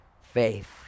faith